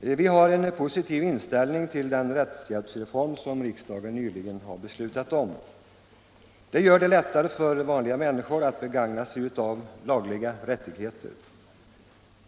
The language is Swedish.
Vi har inom vänsterpartiet kommunisterna en positiv inställning till den rättshjälpsreform som riksdagen nyligen har beslutat om. Den gör det lättare för vanliga människor att begagna sig av lagliga rättigheter.